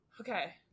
okay